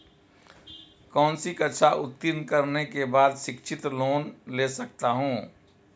कौनसी कक्षा उत्तीर्ण करने के बाद शिक्षित लोंन ले सकता हूं?